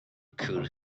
could